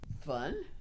fun